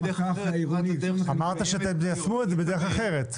אין דרך אחרת מהדרך שמתקיימת היום -- אמרת שתיישמו את זה בדרך אחרת.